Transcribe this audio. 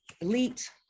elite